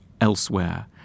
elsewhere